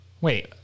wait